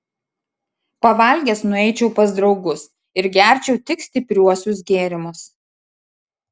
pavalgęs nueičiau pas draugus ir gerčiau tik stipriuosius gėrimus